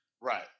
Right